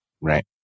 Right